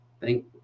thank